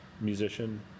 musician